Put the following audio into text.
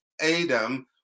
Adam